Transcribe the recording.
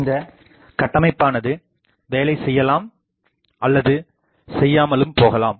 இந்த கட்டமைப்பானது வேலை செய்யலாம் அல்லது செய்யாமலும்போகலாம்